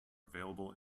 available